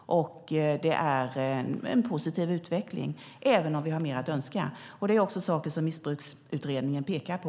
Utvecklingen är således positiv, även om vi har mer att önska, vilket också Missbruksutredningen pekar på.